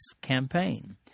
campaign